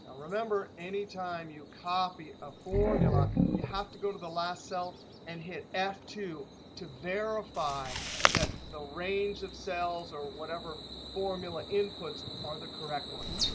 ah remember, any time you copy a formula, you have to go to the last cell and hit f two to verify that the range of cells or whatever formula inputs are the correct ones.